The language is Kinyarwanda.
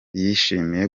yishimiye